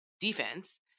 defense